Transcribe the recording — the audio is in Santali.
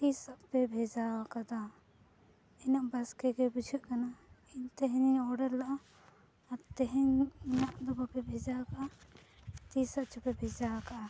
ᱛᱤᱥᱚᱜ ᱯᱮ ᱵᱷᱮᱡᱟ ᱟᱠᱟᱫᱟ ᱤᱱᱟᱹᱜ ᱵᱟᱥᱠᱮ ᱜᱮ ᱵᱩᱡᱷᱟᱹᱜ ᱠᱟᱱᱟ ᱤᱧ ᱛᱮᱦᱮᱧ ᱤᱧ ᱞᱮᱫᱼᱟ ᱟᱨ ᱛᱮᱦᱮᱧᱟᱜ ᱫᱚ ᱵᱟᱯᱮ ᱵᱷᱮᱡᱟ ᱟᱠᱟᱫᱼᱟ ᱛᱤᱥᱟᱜᱪᱚ ᱯᱮ ᱵᱷᱮᱡᱟ ᱟᱠᱟᱫᱼᱟ